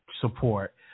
support